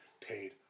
paid